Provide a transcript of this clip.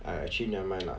ah actually never mind lah